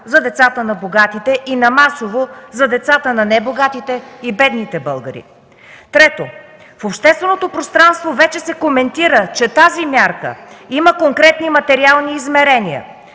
за децата на богатите, и на масово – за децата на небогатите и бедните българи. Трето, в общественото пространство вече се коментира, че тази мярка има конкретни материални измерения: